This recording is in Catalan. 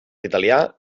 italià